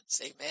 Amen